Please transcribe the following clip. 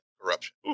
corruption